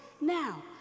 now